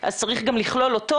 אז צריך גם לכלול אותו,